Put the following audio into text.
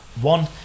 One